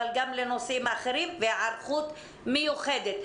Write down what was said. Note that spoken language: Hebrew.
אבל גם לנושאים אחרים והיערכות מיוחדת.